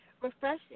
refreshing